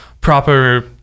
proper